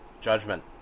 judgment